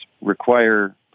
require